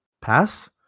pass